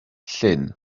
llyn